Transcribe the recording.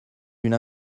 d’une